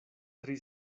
tri